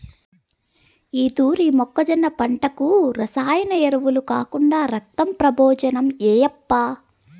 ఈ తూరి మొక్కజొన్న పంటకు రసాయన ఎరువులు కాకుండా రక్తం ప్రబోజనం ఏయప్పా